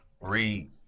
read